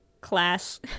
class